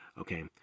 okay